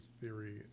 Theory